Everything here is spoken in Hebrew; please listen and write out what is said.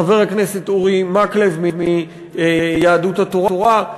חבר הכנסת אורי מקלב מיהדות התורה,